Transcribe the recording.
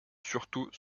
surtout